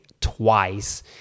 twice